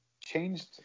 changed